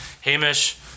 Hamish